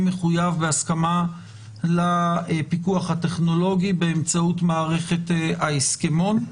מחויב בהסכמה לפיקוח הטכנולוגי באמצעות מערכת ההסכמון.